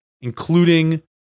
including